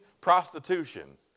prostitution